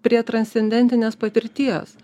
prie transcendentinės patirties